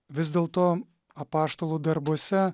vis dėlto apaštalų darbuose